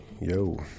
yo